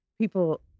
people